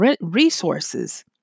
resources